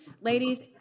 ladies